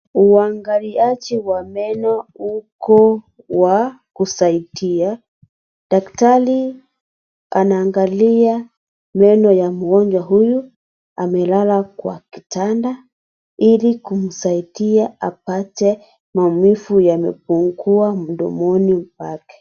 Uangaliaji wa meno huko wa kusaidia. Daktari anaangalia meno ya mgonjwa huyu. Amelala kwa kitanda Ili kumsaidia apate maumivu yamepungua mdomoni mwake.